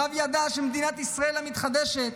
הרב ידע שבמדינת ישראל המתחדשת